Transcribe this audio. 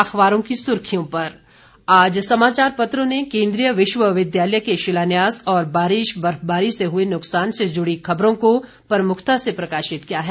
अखबारों की सुर्खियों पर आम समाचार पत्रों ने केंद्रीय विश्वविद्यालय के शिलान्यास और बारिश बर्फबारी से हुए नुकसान से जुड़ी खबरों को प्रमुखता से प्रकाशित किया है